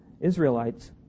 Israelites